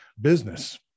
business